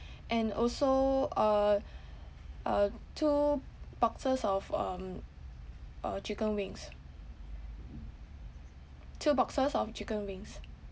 and also uh uh two boxes of um uh chicken wings two boxes of chicken wings